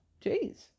Jeez